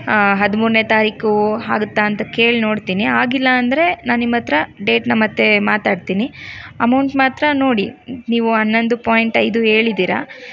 ಹದಿಮೂರನೇ ತಾರೀಕು ಆಗುತ್ತಾ ಅಂತ ಕೇಳಿ ನೋಡ್ತೀನಿ ಆಗಿಲ್ಲ ಅಂದರೆ ನಾನು ನಿಮ್ಮತ್ತಿರ ಡೇಟನ್ನ ಮತ್ತೆ ಮಾತಾಡ್ತೀನಿ ಅಮೌಂಟ್ ಮಾತ್ರ ನೋಡಿ ನೀವು ಹನ್ನೊಂದು ಪಾಯಿಂಟ್ ಐದು ಹೇಳಿದ್ದೀರ